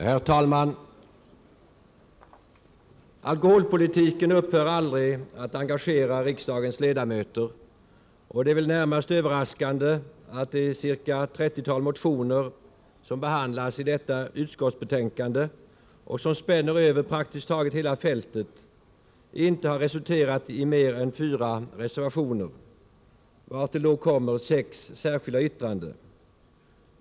Herr talman! Alkoholpolitiken upphör aldrig att engagera riksdagens ledamöter, och det är väl närmast överraskande att de ca 30 motioner som behandlas i detta utskottsbetänkande, och som spänner över praktiskt taget hela fältet, inte har resulterat i mer än fyra reservationer — vartill då kommer sex särskilda yttranden.